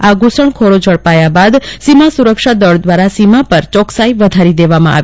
આ ધુષણખોરો ઝડપાયા બાદ સીમા સુરક્ષા દળ દ્રારા સીમા પર યોક્કસાઈ વધારી દેવામાં આવી છે